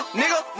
nigga